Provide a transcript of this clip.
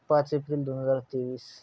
पाच एप्रिल दोन हजार तेवीस